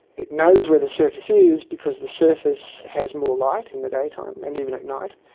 it knows where the surface is because the surface has more light in the daytime and even at night,